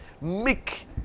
Make